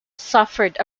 suffered